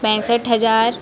पैंसठ हजार